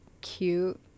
cute